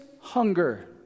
hunger